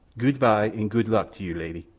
gude-by an' gude luck to you, lady!